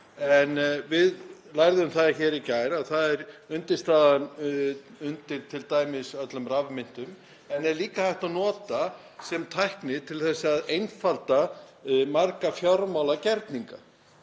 en við lærðum það hér í gær að hún er undirstaða t.d. allra rafmynta en er líka hægt að nota sem tækni til að einfalda marga fjármálagerninga.